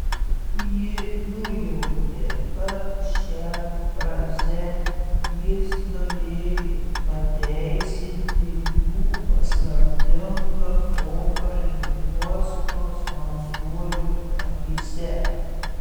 ji nujautė kad šia fraze jis norėjo pateisinti jų paslaptingą pokalbį uosto smalsuolių akyse